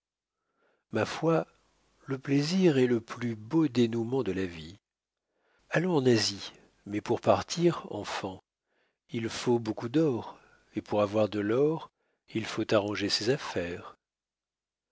ma foi le plaisir est le plus beau dénoûment de la vie allons en asie mais pour partir enfant il faut beaucoup d'or et pour avoir de l'or il faut arranger ses affaires